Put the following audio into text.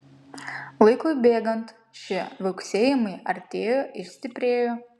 laikui bėgant šie viauksėjimai artėjo ir stiprėjo